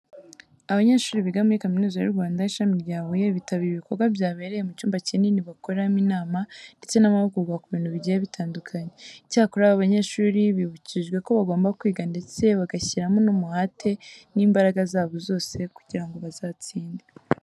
Abanyeshuri biga muri Kaminuza y'u Rwanda, ishami rya Huye bitabiriye ibikorwa byabereye mu cyumba kinini bakoreramo inama ndetse n'amahugurwa ku bintu bigiye bitandukanye. Icyakora aba banyeshuri bibukijwe ko bagomba kwiga ndetse bagashyiramo n'umuhate n'imbaraga zabo zose kugira ngo bazatsinde.